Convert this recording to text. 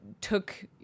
took